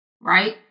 right